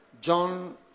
John